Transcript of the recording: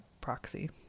proxy